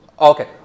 Okay